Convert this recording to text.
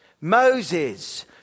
Moses